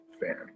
fan